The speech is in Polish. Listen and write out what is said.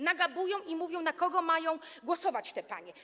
Nagabują i mówią, na kogo mają głosować te panie.